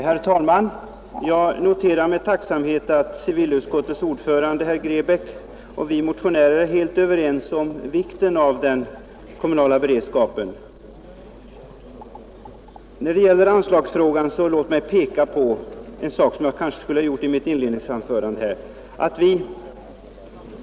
Herr talman! Jag noterar med tacksamhet att civilutskottets ordförande, herr Grebäck, och vi motionärer är helt överens om vikten av den kommunala beredskapen. Låt mig när det gäller anslagsfrågan peka på en sak som jag kanske skulle ha nämnt i mitt inledningsanförande.